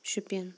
Shopian